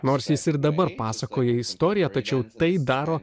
nors jis ir dabar pasakoja istoriją tačiau tai daro